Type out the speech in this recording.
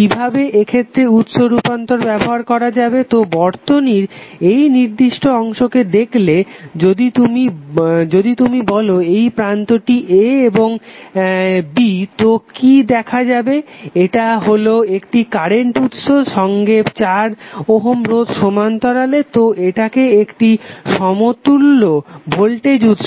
কিভাবে এক্ষেত্রে উৎস রূপান্তর ব্যবহার করা যাবে তো বর্তনীর এই নির্দিষ্ট অংশকে দেখলে যদি তুমি বল এই প্রান্তটি a এবং b তো কি দেখা যাবে এটা হলো একটি কারেন্ট উৎস সঙ্গে 4 ওহম রোধ সমান্তরালে তো এটাকে একটি সমতুল্য ভোল্টেজ উৎস